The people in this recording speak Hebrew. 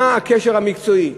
מה הקשר המקצועי?